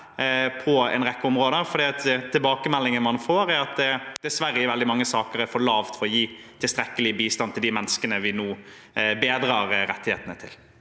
på en rekke områder, for tilbakemeldinger man får, er at det dessverre i veldig mange saker er for lavt til å gi tilstrekkelig bistand til de menneskene vi nå bedrer rettighetene til.